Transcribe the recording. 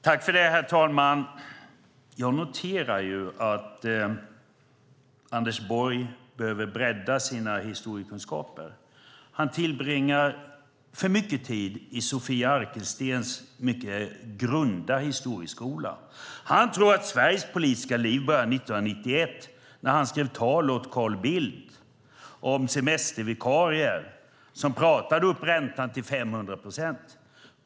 Herr talman! Jag noterar att Anders Borg behöver bredda sina historiekunskaper. Han tillbringar för mycket tid i Sofia Arkelstens mycket grunda historieskola. Han tror att Sveriges politiska liv började 1991 när han skrev tal åt Carl Bildt om semestervikarier som pratade upp räntan till 500 procent.